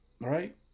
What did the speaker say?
right